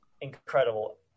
incredible